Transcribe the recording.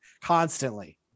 constantly